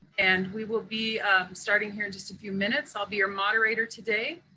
and we will be starting here in just a few minutes. i'll be your moderator today.